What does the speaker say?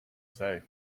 say